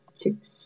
chicks